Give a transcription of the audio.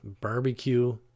Barbecue